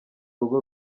rugo